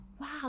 wow